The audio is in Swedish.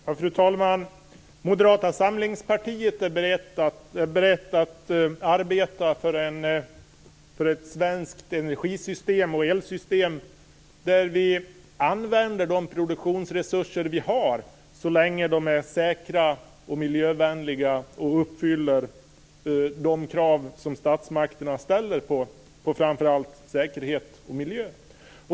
Fru talman! Moderata samlingspartiet är berett att arbeta för ett svenskt energisystem och elsystem där vi använder de produktionsresurser vi har så länge de är säkra och miljövänliga och uppfyller de krav som statsmakterna ställer på framför allt säkerhet och miljö.